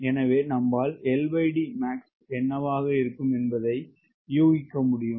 எனவே நம்மால் LDmax என்னவாக இருக்கும் என்பதை யூகிக்க முடியும்